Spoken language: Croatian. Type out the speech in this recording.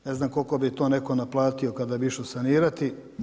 Ne znam koliko bi to neko naplatio kada bi išao sanirati.